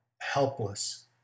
helpless